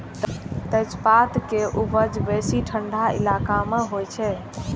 तेजपत्ता के उपजा बेसी ठंढा इलाका मे होइ छै